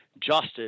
justice